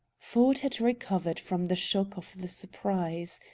ford had recovered from the shock of the surprise.